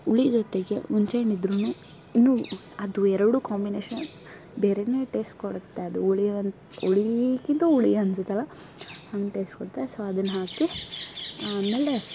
ಹುಳಿ ಜೊತೆಗೆ ಹುಣಸೆ ಹಣ್ಣು ಇದ್ದರೂನು ಇನ್ನೂ ಅದು ಎರಡು ಕಾಂಬಿನೇಷನ್ ಬೇರೆಯೇ ಟೇಸ್ಟ್ ಕೊಡುತ್ತೆ ಅದು ಹುಳಿ ಒಂದು ಹುಳಿಗಿಂತ ಹುಳಿ ಅನ್ಸುತ್ತಲ್ಲ ಹಂಗೆ ಟೇಸ್ಟ್ ಕೊಡುತ್ತೆ ಸೊ ಅದನ್ನ ಹಾಕಿ ಆಮೇಲೆ